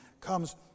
comes